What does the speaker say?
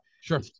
sure